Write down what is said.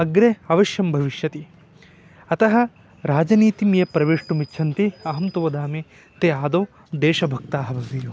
अग्रे अवश्यं भविष्यति अतः राजनीतिं ये प्रवेष्टुमिच्छन्ति अहं तु वदामि ते आदौ देशभक्ताः भवेयुः